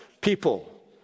people